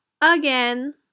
again